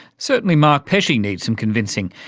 certainly mark pesce yeah needs some convincing.